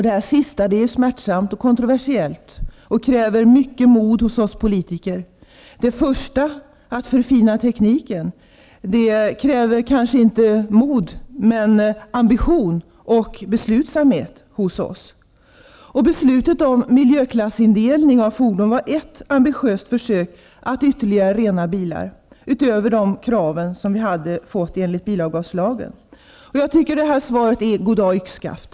Det sistnämnda är smärtsamt och kontroversiellt. Det kräver stort mod hos oss politiker. Det förstnämnda, dvs. tekniska förfiningar, kräver kanske inte mod men väl ambition och beslutsamhet hos oss. Beslutet om miljöklassindelning av fordon var ett ambitiöst försök att ytterligare rena bilar, dvs. Jag tycker alltså att svaret i dag är ett goddag yxskaft.